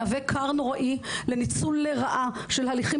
מהווה כר נוראי לניצול לרעה של הליכים